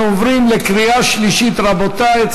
אנחנו עוברים לקריאה שלישית, רבותי.